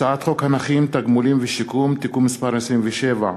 הצעת חוק הנכים (תגמולים ושיקום) (תיקון מס' 27),